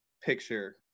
picture